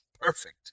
Perfect